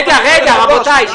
רגע, רגע, רבותיי.